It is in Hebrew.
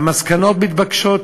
והמסקנות מתבקשות.